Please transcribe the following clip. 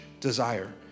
desire